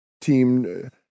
team